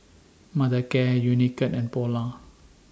Mothercare Unicurd and Polar